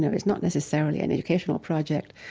it's not necessarily an educational project.